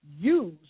use